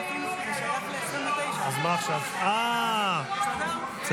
50 בעד, 60